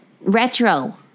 Retro